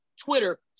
Twitter